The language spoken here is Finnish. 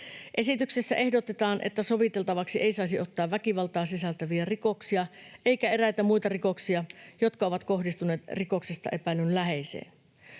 Esityksessä ehdotetaan, että soviteltavaksi ei saisi ottaa väkivaltaa sisältäviä rikoksia eikä eräitä muita rikoksia, jotka ovat kohdistuneet rikoksesta epäillyn läheiseen.